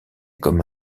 comme